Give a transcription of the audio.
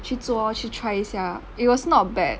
去做 lor 去 try 一下 it was not bad